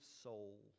soul